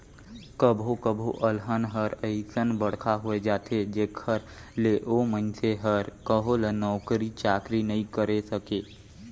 कभो कभो अलहन हर अइसन बड़खा होए जाथे जेखर ले ओ मइनसे हर कहो ल नउकरी चाकरी नइ करे सके